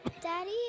Daddy